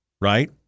right